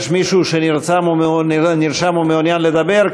יש מישהו שנרשם ומעוניין לדבר?